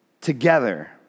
together